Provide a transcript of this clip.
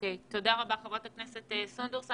תודה רבה, חברת הכנסת סונדוס.